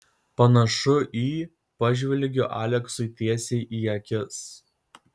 panašu į pažvelgiu aleksui tiesiai į akis